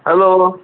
hello